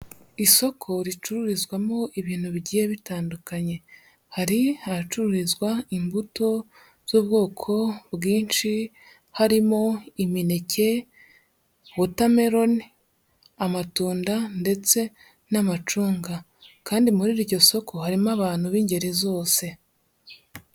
Isoko ricururizwamo ibintu bigiye bitandukanye, hari ahacuruzwa imbuto z'ubwoko bwinshi, harimo imineke, watermelon, amatunda ndetse n'amacunga, kandi muri iryo soko harimo abantu b'ingeri zose.